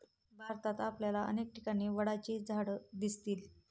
भारतात आपल्याला अनेक ठिकाणी वडाची झाडं दिसतील